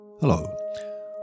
Hello